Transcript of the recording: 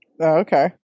Okay